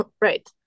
Right